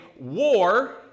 war